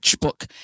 book